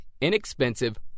inexpensive